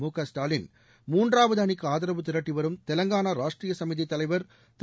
மு க ஸ்டாலின் மூன்றாவது அணிக்கு ஆதரவு திரட்டிவரும் தெலங்கானா ராஷட்ரிய சமிதி தலைவர் திரு